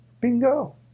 bingo